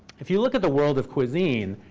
if you look at the world of cuisine,